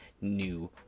new